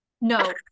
No